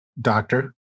Doctor